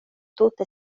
tute